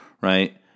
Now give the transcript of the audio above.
right